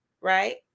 right